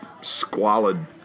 squalid